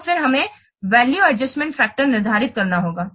तो फिर हमें वैल्यू एडजस्टमेंट फैक्टर निर्धारित करना होगा